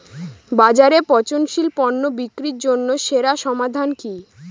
বাজারে পচনশীল পণ্য বিক্রির জন্য সেরা সমাধান কি?